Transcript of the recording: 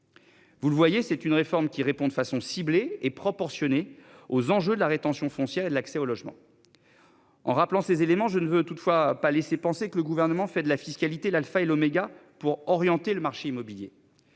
Vous le voyez, c'est une réforme qui répond de façon ciblée et proportionnée aux enjeux de la rétention foncière l'accès au logement. En rappelant ses éléments je ne veut toutefois pas laisser penser que le gouvernement fait de la fiscalité l'Alpha et l'oméga pour orienter le marché immobilier.